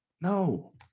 no